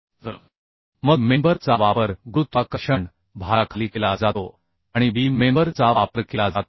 तर मग मेंबर चा वापर गुरुत्वाकर्षण भाराखाली केला जातो आणि बीम मेंबर चा वापर केला जातो